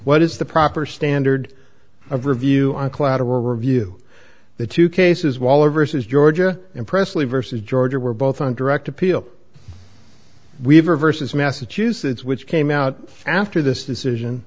what is the proper standard of review on collateral review the two cases waller versus georgia and presley versus georgia were both on direct appeal weaver versus massachusetts which came out after this decision